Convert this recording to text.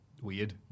weird